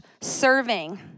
serving